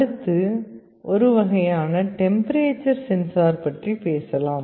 அடுத்து ஒரு வகையான டெம்பரேச்சர் சென்சார் பற்றி பேசலாம்